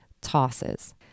tosses